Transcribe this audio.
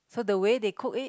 so the way they cook it